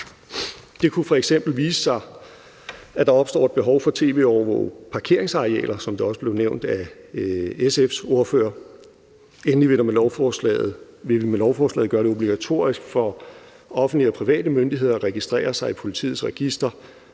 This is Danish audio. Det kunne f.eks. vise sig, at der opstår et behov for at tv-overvåge parkeringsarealer, som også blev nævnt af SF's ordfører. Endelig vil vi med lovforslaget gøre det obligatorisk for offentlige og private myndigheder at registrere sig i politiets register